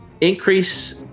Increase